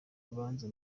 urubanza